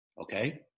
Okay